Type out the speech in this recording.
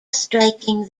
striking